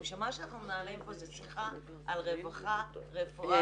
מה שאנחנו מנהלים כאן זו שיחה על רווחה ועל רפואה